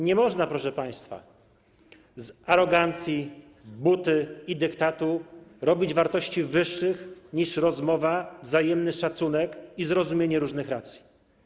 Nie można, proszę państwa, z arogancji, buty i dyktatu robić wartości wyższych niż rozmowa, wzajemny szacunek i zrozumienie różnych racji.